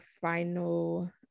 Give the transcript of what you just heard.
final